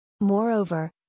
Moreover